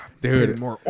Dude